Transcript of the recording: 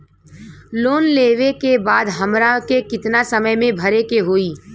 Loan लेवे के बाद हमरा के कितना समय मे भरे के होई?